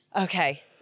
Okay